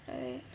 I